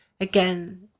again